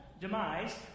demise